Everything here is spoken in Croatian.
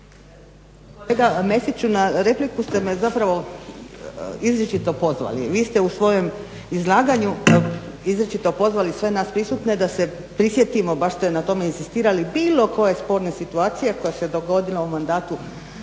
Kolega Mesiću, na repliku ste me zapravo izričito pozvali. Vi ste u svojem izlaganju izričito pozvali sve nas prisutne da se prisjetimo, baš ste na tome inzistirali bilo koje sporne situacije koja se dogodila u mandatu